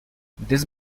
this